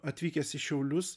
atvykęs į šiaulius